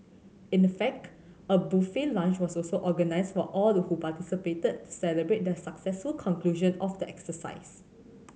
in the fact a buffet lunch was also organised for all the who participated to celebrate the successful conclusion of the exercise